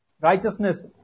Righteousness